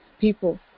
people